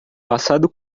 passado